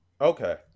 Okay